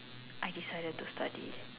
I decided to study